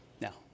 Now